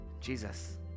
Jesus